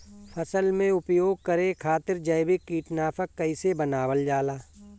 फसल में उपयोग करे खातिर जैविक कीटनाशक कइसे बनावल जाला?